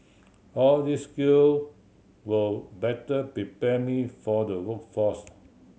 all these skill will better prepare me for the workforce